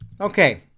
Okay